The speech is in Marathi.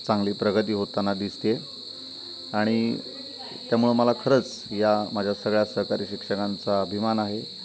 चांगली प्रगती होताना दिसते आणि त्यामुळे मला खरंच या माझ्या सगळ्या सहकारी शिक्षकांचा अभिमान आहे